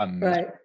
Right